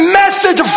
message